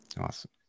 awesome